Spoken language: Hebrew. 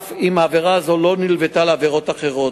אף אם העבירה הזאת לא נלוותה לעבירות אחרות.